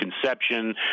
conception